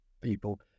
people